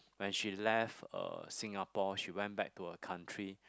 when she left uh Singapore she went back to her country